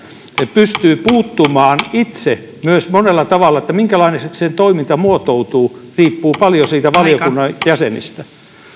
pystyy puuttumaan siihen myös itse monella tavalla eli se minkälaiseksi sen toiminta muotoutuu riippuu paljon niistä valiokunnan jäsenistä